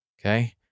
Okay